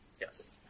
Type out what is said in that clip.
Yes